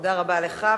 תודה רבה לך.